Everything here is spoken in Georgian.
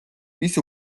მის